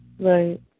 Right